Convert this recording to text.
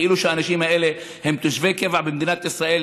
כאילו שהאנשים האלה הם תושבי קבע במדינת ישראל,